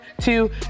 two